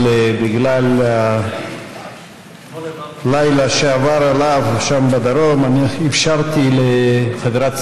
אבל בגלל הלילה שעבר עליו שם בדרום אני אפשרתי לחברת